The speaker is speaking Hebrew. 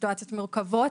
סיטואציות מורכבות,